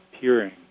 peering